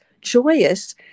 joyous